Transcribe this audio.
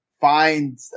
find